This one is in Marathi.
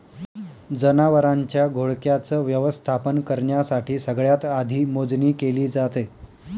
जनावरांच्या घोळक्याच व्यवस्थापन करण्यासाठी सगळ्यात आधी मोजणी केली जाते